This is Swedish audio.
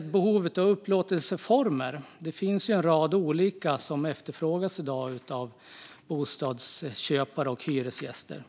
Behovet av upplåtelseformer behöver också analyseras. Det finns ju i dag en rad olika sådana som efterfrågas av bostadsköpare och hyresgäster.